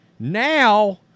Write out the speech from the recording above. Now